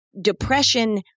depression